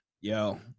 yo